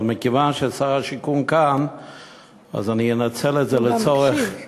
אבל מכיוון ששר השיכון כאן אני אנצל את זה לצורך